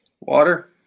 Water